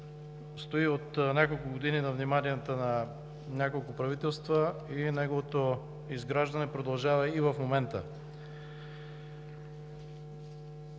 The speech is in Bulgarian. от няколко години стои на вниманието на няколко правителства и неговото изграждане продължава и в момента.